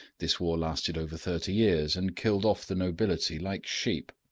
this war lasted over thirty years, and killed off the nobility like sheep.